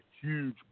huge